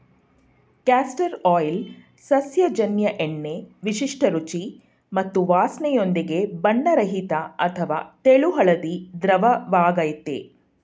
castor oil ಸಸ್ಯಜನ್ಯ ಎಣ್ಣೆ ವಿಶಿಷ್ಟ ರುಚಿ ಮತ್ತು ವಾಸ್ನೆಯೊಂದಿಗೆ ಬಣ್ಣರಹಿತ ಅಥವಾ ತೆಳು ಹಳದಿ ದ್ರವವಾಗಯ್ತೆ